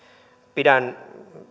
pidän